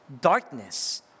Darkness